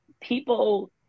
people